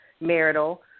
marital